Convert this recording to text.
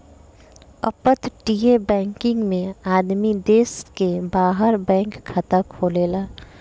अपतटीय बैकिंग में आदमी देश के बाहर बैंक खाता खोलेले